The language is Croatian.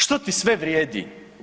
Što ti sve vrijedi?